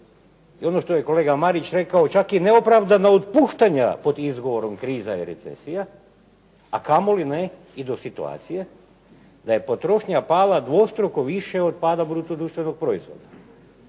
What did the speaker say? i ono što je kolega Marić rekao čak i neopravdana otpuštanja pod izgovorom kriza i recesija, a kamoli ne i do situacije da je potrošnja pala dvostruko više od pada bruto društvenog proizvoda.